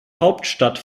hauptstadt